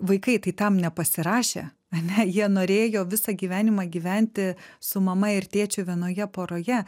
vaikai tai tam nepasirašė ane jie norėjo visą gyvenimą gyventi su mama ir tėčiu vienoje poroje